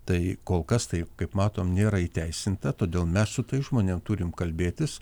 tai kol kas tai kaip matom nėra įteisinta todėl mes su tais žmonėm turim kalbėtis